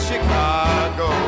Chicago